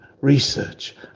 research